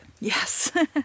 Yes